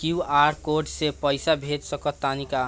QR code से पईसा भेज सक तानी का?